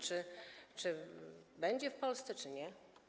Czy będzie w Polsce, czy nie?